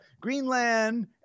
Greenland